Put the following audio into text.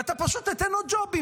ואתה פשוט תיתן עוד ג'ובים,